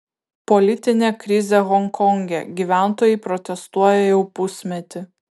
politinė krizė honkonge gyventojai protestuoja jau pusmetį